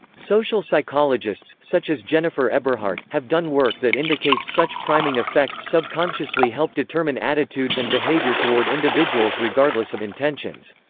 social psychologists, such as jennifer jennifer eberhardt, have done work that indicates such priming effects subconsciously help determine attitudes and behavior toward individuals regardless of intentions.